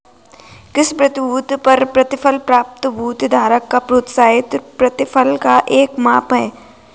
किसी प्रतिभूति पर प्रतिफल प्रतिभूति धारक को प्रत्याशित प्रतिफल का एक माप है